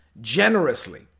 generously